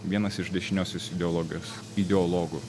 vienas iš dešiniosios ideologijos ideologų